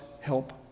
help